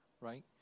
right